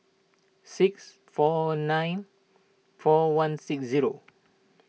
six four nine four one six zero